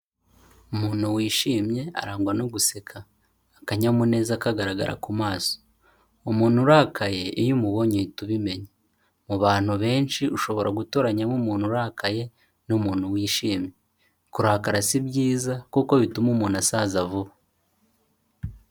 Umuntu wishimye arangwa no guseka, akanyamuneza kagaragara ku maso. Umuntu urakaye, iyo umubonye uhita ubimenya. Mu bantu benshi ushobora gutoranyamo umuntu urakaye n'umuntu wishimye. Kurakara si byiza kuko bituma umuntu asaza vuba.